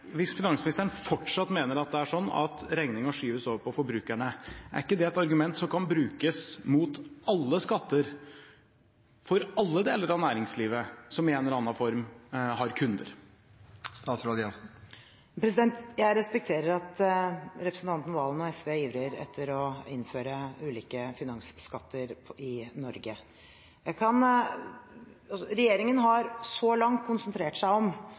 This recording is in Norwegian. Hvis finansministeren fortsatt mener at det er sånn at regningen skyves over på forbrukerne, er ikke det et argument som kan brukes mot alle skatter for alle deler av næringslivet som i en eller annen form har kunder? Jeg respekterer at representanten Serigstad Valen og SV ivrer etter å innføre ulike finansskatter i Norge. Regjeringen har så langt konsentrert seg om